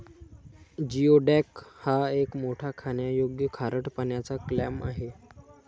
geoduck हा एक मोठा खाण्यायोग्य खारट पाण्याचा क्लॅम आहे